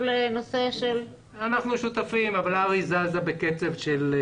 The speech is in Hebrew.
אנחנו שותפים אבל הר"י זזה בקצב.